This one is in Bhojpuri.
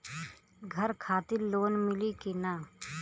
घर खातिर लोन मिली कि ना?